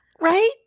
Right